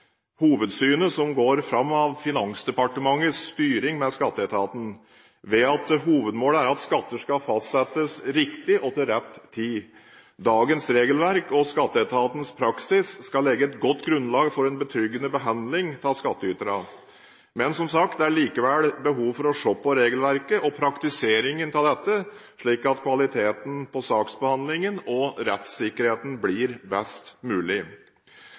til rett tid. Dagens regelverk og skatteetatens praksis skal legge et godt grunnlag for en betryggende behandling av skattyterne. Men det er som sagt likevel et behov for å se på regelverket og praktiseringen av det, slik at kvaliteten på saksbehandlingen og rettssikkerheten blir best mulig.